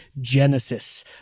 genesis